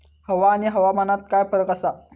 हवा आणि हवामानात काय फरक असा?